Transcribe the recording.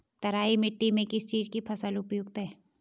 तराई मिट्टी में किस चीज़ की फसल उपयुक्त है?